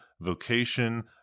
vocation